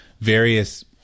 various